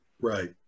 Right